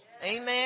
Amen